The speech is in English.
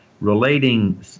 relating